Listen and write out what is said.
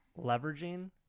leveraging